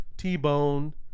T-bone